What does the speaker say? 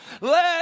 Let